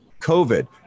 COVID